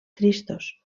tristos